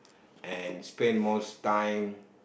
and spend most time